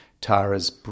Tara's